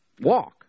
walk